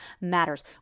matters